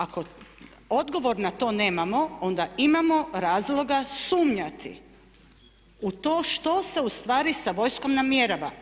Ako odgovor na to nemamo onda imamo razloga sumnjati u to što se ustvari sa vojskom namjerava.